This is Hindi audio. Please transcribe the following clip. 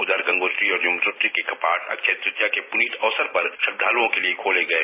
उधर गंगोत्री और यमनोत्री के कपाट अक्षय तृतीया के पुनीत अवसर पर श्रद्दालुओं के लिए खोले गए